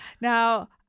Now